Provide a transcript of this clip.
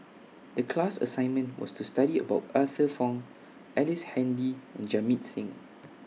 The class assignment was to study about Arthur Fong Ellice Handy and Jamit Singh